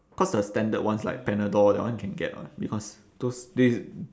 cause the standard ones like panadol that one you can get [what] because those this